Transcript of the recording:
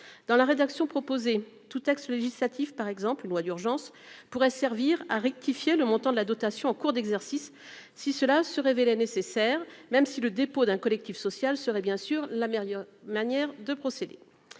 dans la rédaction proposée tout texte législatif par exemple une loi d'urgence pourrait servir à rectifier le montant de la dotation en cours d'exercice, si cela se révélait nécessaire même si le dépôt d'un collectif social serait bien sûr la meilleure manière de procéder,